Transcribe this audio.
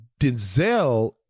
Denzel